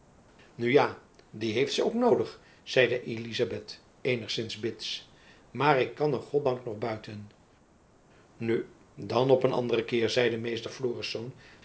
ja die heeft ze ook noodig zeide elizabeth eenigzins bits maar ik kan er goddank nog buiten nu dan op een anderen keer zeide meester florisz